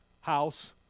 House